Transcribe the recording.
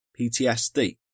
PTSD